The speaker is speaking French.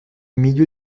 milieu